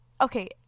okay